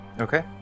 Okay